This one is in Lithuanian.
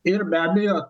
ir be abejo